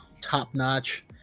top-notch